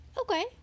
Okay